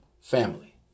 family